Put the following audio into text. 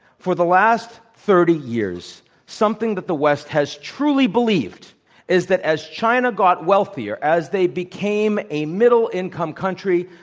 for the last thirty years something that the west has truly believed is that as china got wealthier, as they became a middle-income country,